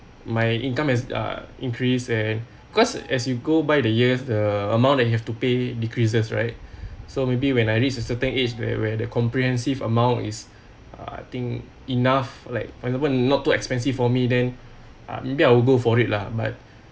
my income as uh increase and cause as you go buy the years the amount that you have to pay decreases right so maybe when I reach a certain age where where the comprehensive amount is uh I think enough like for example not too expensive for me then maybe I will go for it lah but